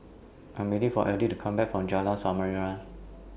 I'm waiting For Eddie to Come Back from Jalan Samarinda